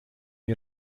wir